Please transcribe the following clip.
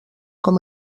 com